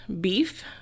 beef